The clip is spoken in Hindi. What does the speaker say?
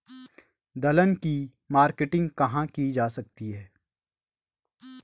दलहन की मार्केटिंग कहाँ की जा सकती है?